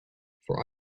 for